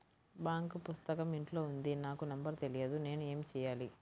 Bank పుస్తకం ఇంట్లో ఉంది నాకు నంబర్ తెలియదు నేను ఏమి చెయ్యాలి?